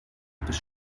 bis